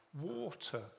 water